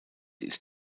ist